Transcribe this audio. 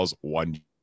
one